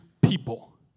people